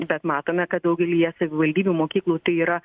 bet matome kad daugelyje savivaldybių mokyklų tai yra